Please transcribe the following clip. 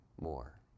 more